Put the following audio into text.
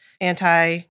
anti